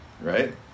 right